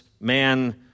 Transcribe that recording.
man